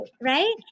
right